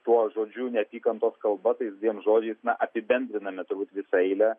tuo žodžiu neapykantos kalba tais dviem žodžiais apibendriname turbūt visą eilę